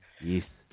Yes